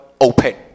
open